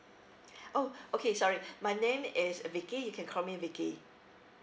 oh okay sorry my name is vicky you can call me vicky